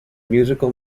musical